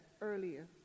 earlier